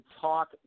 talk